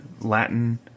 Latin